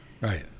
Right